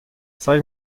zeig